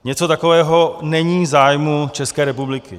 Něco takového není v zájmu České republiky.